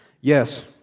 Yes